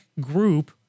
group